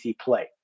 play